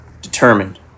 determined